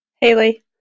Haley